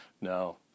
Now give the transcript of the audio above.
No